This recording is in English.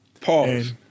Pause